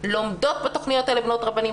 שאותה אני גם מנהל.